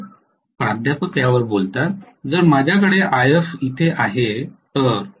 professor जर माझ्याकडे If इथे आहे तर